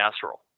casserole